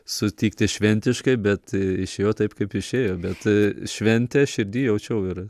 sutikti šventiškai bet išėjo taip kaip išėjo bet šventę širdy jaučiau ir